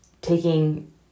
taking